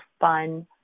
fun